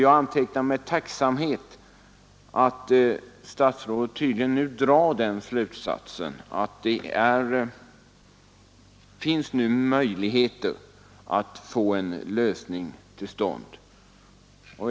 Jag antecknar därför med tacksamhet att statsrådet tydligen drar den slutsatsen att det nu finns möjligheter att hitta en lösning.